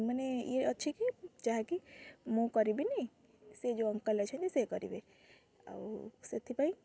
ମାନେ ଇଏ ଅଛି କି ଯାହା କି ମୁଁ କରିବିନି ସେ ଯେଉଁ ଅଙ୍କଲ୍ ଅଛନ୍ତି ସେ କରିବେ ଆଉ ସେଥିପାଇଁ